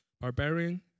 barbarian